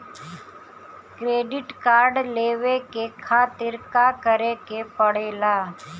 Credit card लेवे के खातिर का करेके पड़ेला?